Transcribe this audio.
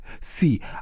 See